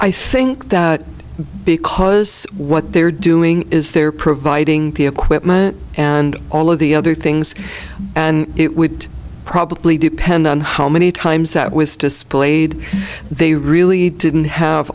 i think that because what they're doing is they're providing the equipment and all of the other things and it would probably depend on how many times that was displayed they really didn't have